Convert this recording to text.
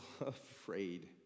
afraid